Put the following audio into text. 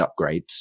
upgrades